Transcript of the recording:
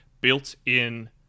built-in